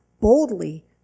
boldly